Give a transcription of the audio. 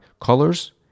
colors